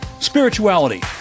spirituality